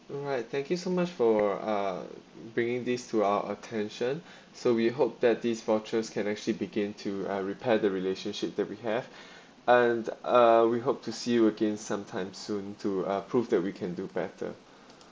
alright thank you so much for uh bringing this to our attention so we hope that these vouchers can actually begin to uh repair the relationship that we have and uh we hope to see you again sometime soon to uh prove that we can do better